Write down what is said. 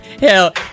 Hell